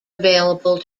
available